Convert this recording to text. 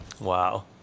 Wow